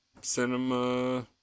cinema